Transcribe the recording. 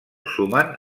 sumen